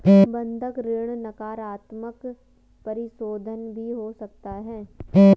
बंधक ऋण नकारात्मक परिशोधन भी हो सकता है